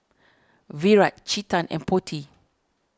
Virat Chetan and Potti